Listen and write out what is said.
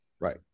Right